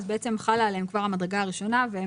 בעצם כבר חלה עליהם המדרגה הראשונה.